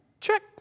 check